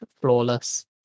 flawless